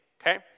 okay